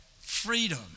freedom